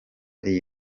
iyi